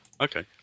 Okay